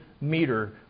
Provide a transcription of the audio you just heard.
meter